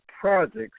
projects